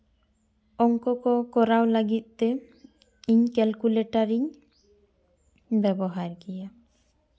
ᱚᱱᱠᱚ ᱠᱚ ᱠᱚᱨᱟᱣ ᱞᱟᱹᱜᱤᱫ ᱛᱮ ᱤᱧ ᱠᱮᱞᱠᱩᱞᱮᱴᱟᱨ ᱤᱧ ᱵᱮᱵᱚᱦᱟᱨ ᱜᱮᱭᱟ